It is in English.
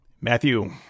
Matthew